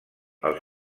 els